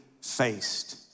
faced